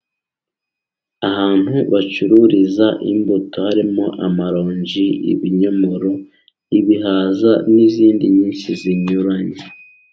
Ahantu bacururiza imbuto harimo amaronji, ibinyomoro, ibihaza n'izindi nyinshi zinyuranye.